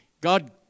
God